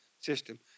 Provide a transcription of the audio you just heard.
system